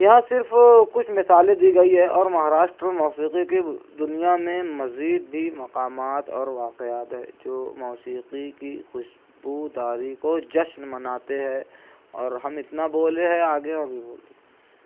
یہاں صرف کچھ مثالیں دی گئی ہے اور مہاراشٹر موسیقی کی دنیا میں مزید بھی مقامات اور واقعات ہیں جو موسیقی کی خوشبوداری کو جشن مناتے ہے اور ہم اتنا بولے ہیں آگے اور بھی بولیں